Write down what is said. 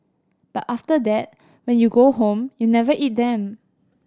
but after that when you go home you never eat them